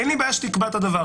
אין לי בעיה שתקבע את זה.